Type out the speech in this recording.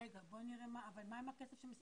רגע, אבל מה עם הכסף של משרד הקליטה?